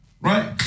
right